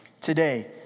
today